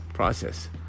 process